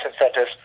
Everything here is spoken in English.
incentives